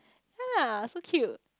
ya so cute